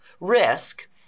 risk